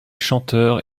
chanteurs